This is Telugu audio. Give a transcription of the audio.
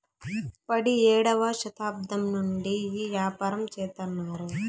పడియేడవ శతాబ్దం నుండి ఈ యాపారం చెత్తన్నారు